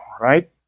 right